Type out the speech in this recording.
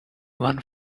one